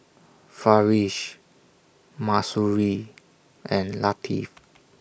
Farish Mahsuri and Latif